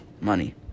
money